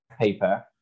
paper